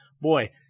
Boy